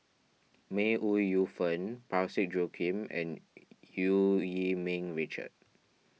May Ooi Yu Fen Parsick Joaquim and Eu Yee Ming Richard